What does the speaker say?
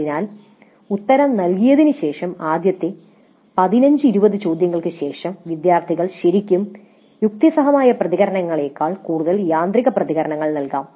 അതിനാൽ ഉത്തരം നൽകിയതിന് ശേഷം ആദ്യത്തെ 15 20 ചോദ്യങ്ങൾ ശേഷം വിദ്യാർത്ഥികൾ ശരിക്കും യുക്തിസഹമായ പ്രതികരണങ്ങളേക്കാൾ കൂടുതൽ യാന്ത്രിക പ്രതികരണങ്ങൾ നൽകാം